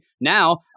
Now